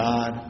God